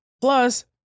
Plus